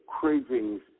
cravings